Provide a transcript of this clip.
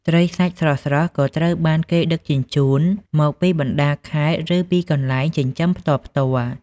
ត្រីសាច់ស្រស់ៗក៏ត្រូវបានគេដឹកជញ្ជូនមកពីបណ្តាខេត្តឬពីកន្លែងចិញ្ចឹមផ្ទាល់ៗ។